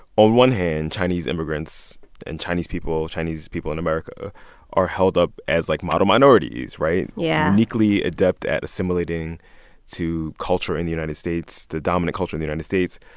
on one hand, chinese immigrants and chinese people chinese people in america are held up as, like, model minorities, right? yeah uniquely adept at assimilating to culture in the united states the dominant culture in the united states.